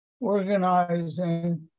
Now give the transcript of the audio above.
organizing